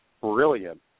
brilliant